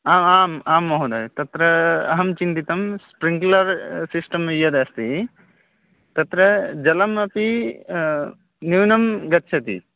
आम् आम् आं महोदयः तत्र अहं चिन्तितं स्प्रिङ्क्लर् सिस्टम् यदस्ति तत्र जलम् अपि न्यूनं गच्छति